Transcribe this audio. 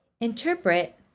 Interpret